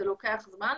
זה לוקח זמן,